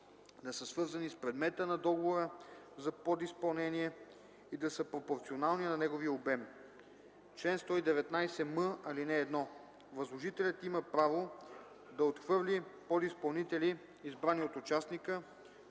да са свързани с предмета на договора за подизпълнение и да са пропорционални на неговия обем. Чл. 119м. (1) Възложителят има право да отхвърли подизпълнители, избрани от участника,